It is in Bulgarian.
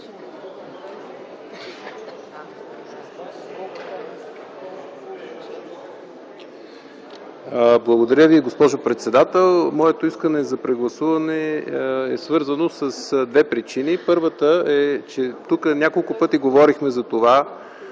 Благодаря Ви, госпожо председател. Моето искане за прегласуване е свързано с две причини. Първата е, че тук няколко пъти говорихме за това,